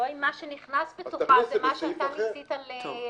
לא אם מה שנכנס בתוכה זה מה שאתה ניסית להכניס.